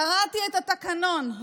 קראתי את התקנון,